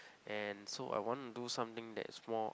and so I wanna do something that is more